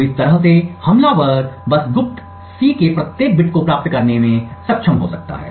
तो इस तरह से हमलावर बस गुप्त C के प्रत्येक बिट को प्राप्त करने में सक्षम हो सकता है